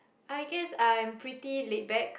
I guess I'm pretty laid back